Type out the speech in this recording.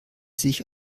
sich